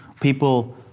people